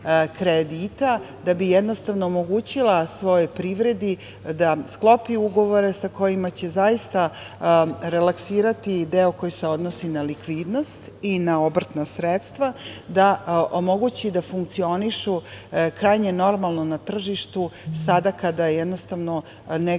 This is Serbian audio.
da bi omogućila svojoj privredi da sklopi ugovore sa kojima će zaista relaksirati deo koji se odnosi na likvidnost i na obrtna sredstva, da omogući da funkcionišu krajnje normalno na tržištu, sada kada jednostavno negde